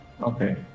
Okay